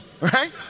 right